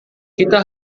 kita